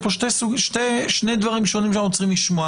יש פה שני דברים שונים שאנחנו צריכים לשמוע.